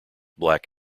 black